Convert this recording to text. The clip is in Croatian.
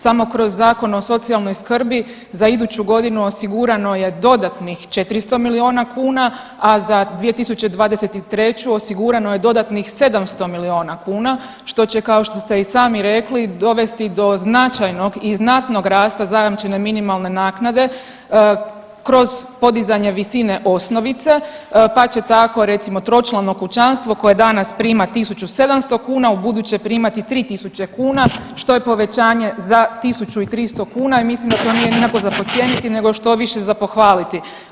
Samo kroz Zakon o socijalnoj skrbi za iduću godinu osigurano je dodatnih 400 milijuna kuna, a za 2023. osigurano je dodatnih 700 milijuna kuna, što će, kao što ste i sami rekli, dovesti do značajnog i znatnog rasta zajamčene minimalne naknade kroz podizanje visine osnovice, pa će tako, recimo, tročlano kućanstvo koje danas prima 1700 kuna, ubuduće primati 3 tisuće kuna, što je povećanje za 1300 kuna i mislim da to nije nikako za podcijeniti nego štoviše, za pohvaliti.